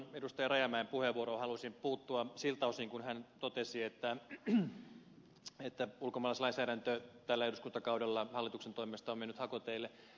rajamäen puheenvuoroon halusin puuttua siltä osin kun hän totesi että ulkomaalaislainsäädäntö tällä eduskuntakaudella hallituksen toimesta on mennyt hakoteille